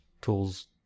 tools